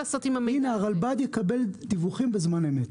הרלב"ד יקבל דיווחים בזמן אמת.